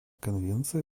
конвенция